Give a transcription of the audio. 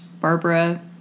Barbara